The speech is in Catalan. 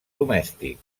domèstic